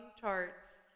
charts